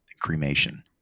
cremation